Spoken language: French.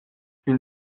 une